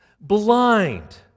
Blind